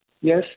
yes